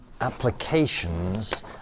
applications